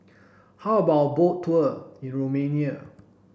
how about a boat tour in Romania